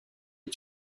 est